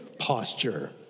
Posture